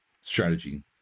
strategy